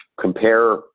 compare